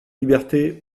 liberté